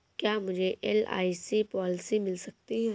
क्या मुझे LIC policy मिल सकती है?